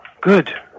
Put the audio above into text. good